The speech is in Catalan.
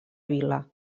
vila